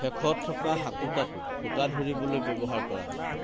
শেষত থকা হাঁকোটাটো সূতা ধৰিবলৈ ব্যৱহাৰ কৰা হয়